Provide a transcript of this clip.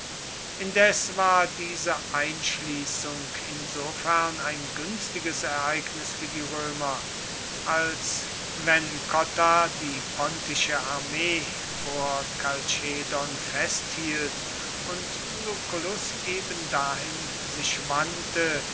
indes war diese einschließung insofern ein günstiges ereignis für die römer als wenn cotta die pontische armee vor kalchedon festhielt und lucullus ebendahin sich wandte